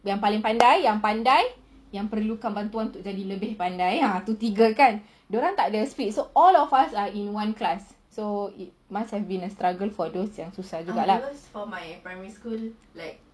yang paling pandai yang pandai yang perlu bantuan untuk jadi lebih pandai tu tiga kan dorang tak ada split so all of us are in one class so it must have been a struggle for those yang susah juga lah